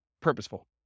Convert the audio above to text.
purposeful